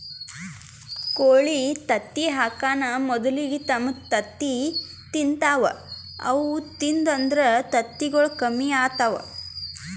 ಕೋಳಿ ತತ್ತಿ ಹಾಕಾನ್ ಮೊದಲಿಗೆ ತಮ್ ತತ್ತಿ ತಿಂತಾವ್ ಅವು ತಿಂದು ಅಂದ್ರ ತತ್ತಿಗೊಳ್ ಕಮ್ಮಿ ಆತವ್